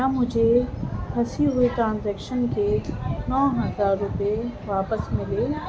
کیا مجھے پھنسی ہوئی ٹرانزیکشن کے نو ہزار روپے واپس ملے